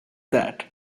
that